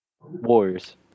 Warriors